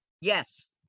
Yes